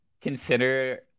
consider